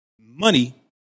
money